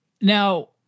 now